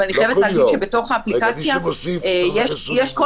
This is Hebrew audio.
אבל אני חייבת להגיד שבתוך האפליקציה יש כל